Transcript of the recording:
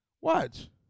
Watch